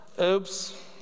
Oops